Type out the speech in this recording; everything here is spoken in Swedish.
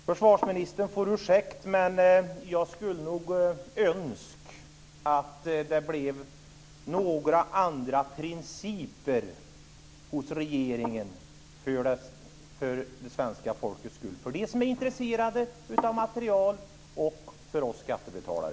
Försvarsministern får ursäkta, men jag skulle nog önska att regeringen tillämpade några andra principer för det svenska folkets skull och med tanke på de som är intresserade av materiel och på oss skattebetalare.